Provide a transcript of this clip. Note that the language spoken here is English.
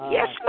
Yes